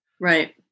Right